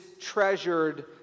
treasured